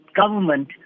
government